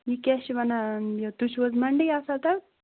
یہِ کیٛاہ چھِ وَنان یہِ تُہۍ چھُو حظ مَنڈے آسان تَتہِ